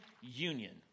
union